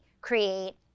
create